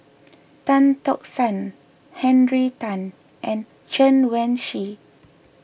Tan Tock San Henry Tan and Chen Wen Hsi